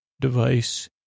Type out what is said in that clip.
device